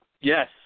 Yes